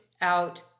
out